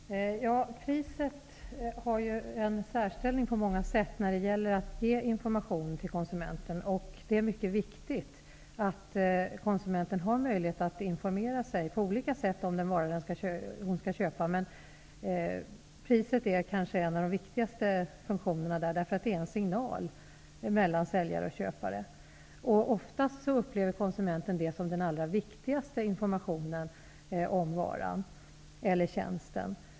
Herr talman! Priset har en särställning på många sätt när det gäller information till konsumenten. Det är mycket viktigt att konsumenten har möjlighet att informera sig på olika sätt om den vara som hon skall köpa. Priset är kanske något av det viktigaste. Det utgör en signal från säljare till köpare. Konsumenten upplever oftast priset som den allra viktigaste informationen om varan eller tjänsten.